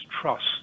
trust